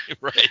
Right